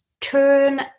turn